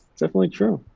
definitely true.